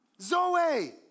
Zoe